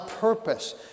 purpose